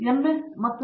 ನಮ್ಮ ಎಂಎಸ್ ಮತ್ತು ಎಂ